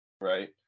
right